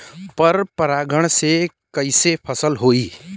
पर परागण से कईसे फसल होई?